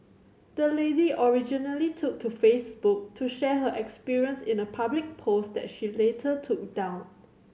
the lady originally took to Facebook to share her experience in a public post that she later took down